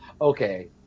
okay